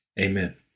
Amen